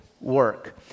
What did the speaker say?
work